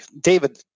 David